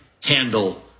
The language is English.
handle